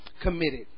committed